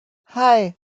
hei